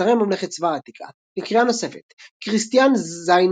אתרי ממלכת סבא העתיקה לקריאה נוספת כריסטיאן ז'